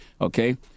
Okay